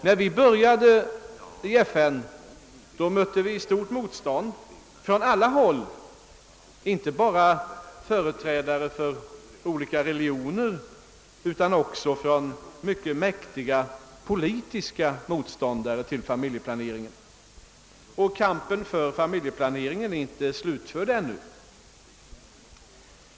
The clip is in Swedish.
När vi började i FN mötte vi stort motstånd från alla håll, inte bara hos företrädare för olika religioner utan också hos mycket mäktiga politiska motståndare till familjeplaneringen. Kampen för familjeplaneringen är ännu inte slutförd.